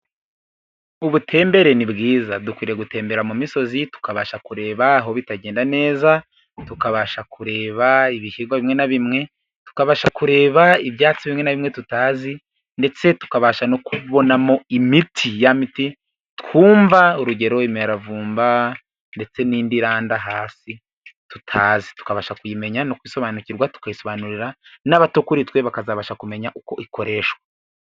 Ubutembere ni bwiza. Dukwiye gutembera mu misozi tukabasha kureba aho bitagenda neza, tukabasha kureba ibihingwa bimwe na bimwe, tukabasha kureba ibyatsi bimwe na bimwe tutazi. Ndetse tukabasha no kubonamo imiti. Ya miti twumva, urugero imiravumba ndetse n'indi iranda hasi, tutazi, tukabasha kuyimenya no kuyisobanukirwa, tukayisobanurira n'abato kuri twe, bakazabasha kumenya uko ikoreshwa.